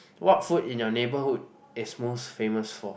what food in your neighbourhood is most famous for